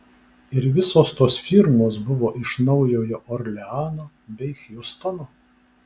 ir visos tos firmos buvo iš naujojo orleano bei hjustono